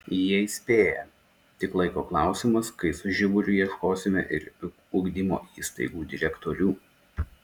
jie įspėja tik laiko klausimas kai su žiburiu ieškosime ir ugdymo įstaigų direktorių